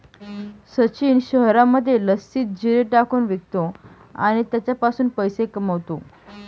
सचिन शहरामध्ये लस्सीत जिरे टाकून विकतो आणि त्याच्यापासून पैसे कमावतो